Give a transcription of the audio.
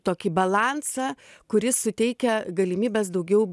tokį balansą kuris suteikia galimybes daugiau